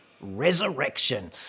resurrection